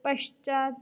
पश्चात्